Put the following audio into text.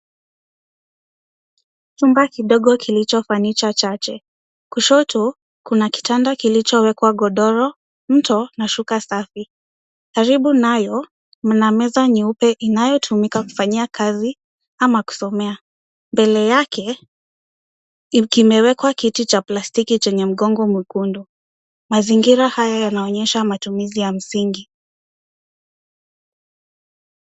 Chumba kidogo kilicho fanicha chache. Kushoto kuna kitanda kilichowekwa godoro, mto na shuka safi. Karibu nayo, mna meza nyeupe inayotumika kufanyia kazi ama kusomea. Mbele yake, kimewekwa kiti cha plastiki chenye mgongo mwekundu. Mazingira haya yananoshea matumizi ya msingi.